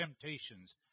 temptations